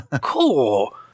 cool